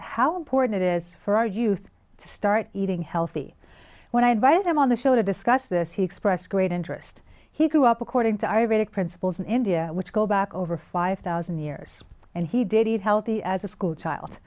how important it is for our youth to start eating healthy when i advised them on the show to discuss this he expressed great interest he grew up according to ironic principles in india which go back over five thousand years and he did eat healthy as a school child